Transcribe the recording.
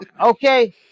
Okay